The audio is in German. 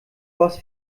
goss